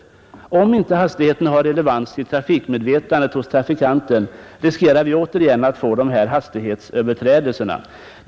Har inte hastighetsangivelsen relevans i trafikmedvetandet hos trafikanten, riskerar vi återigen att få hastighetsöverträdelser.